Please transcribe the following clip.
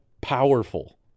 powerful